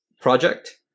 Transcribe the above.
project